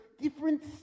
different